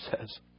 says